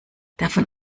davon